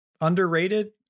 Underrated